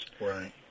Right